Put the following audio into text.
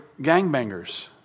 gangbangers